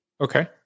Okay